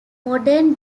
modern